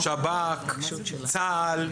שב"כ, צה"ל.